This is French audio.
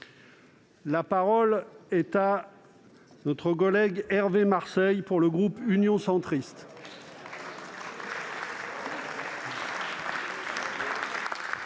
La parole est à M. Hervé Marseille, pour le groupe Union Centriste.